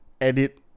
Edit